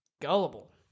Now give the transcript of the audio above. Gullible